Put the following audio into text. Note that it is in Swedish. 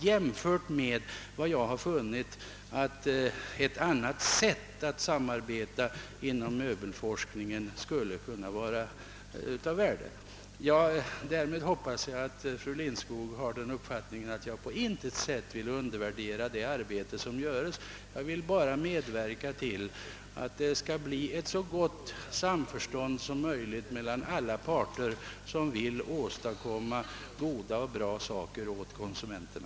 Jag har funnit att ett annat sätt att samarbeta — det man använder inom möbelforskningen — skulle kunna vara av värde. Jag kan också försäkra fru Lindskog att jag på intet sätt vill undervärdera det arbete som utföres. Jag vill på allt sätt medverka till ett så gott samförstånd som möjligt mellan alla de parter som önskar åstadkomma bra saker åt konsumenterna.